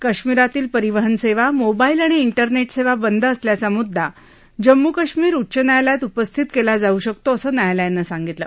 कश्मीरातली परिवहन सेवा मोबाईल आणि तिरनेट सेवा बंद असल्याचा मुद्दा जम्मू कश्मीर उच्च न्यायालयात उपस्थित केला जाऊ शकतो असं न्यायालयानं सांगितलं